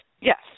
Yes